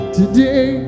today